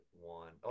one